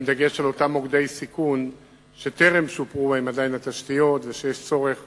עם דגש על אותם מוקדי סיכון שטרם שופרו בהם התשתיות ושיש צורך